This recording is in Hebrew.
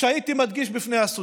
שהייתי מדגיש בפני הסטודנטים.